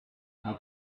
how